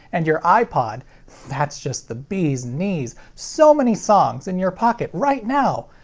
and your ipod that's just the bee's knees. so many songs in your pocket right now!